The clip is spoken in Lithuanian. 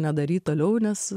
nedaryt toliau nes